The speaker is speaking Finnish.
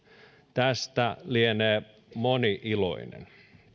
tästä lienee moni iloinen